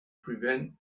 prevent